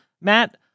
Matt